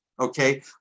okay